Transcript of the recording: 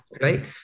right